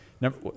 number